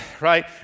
right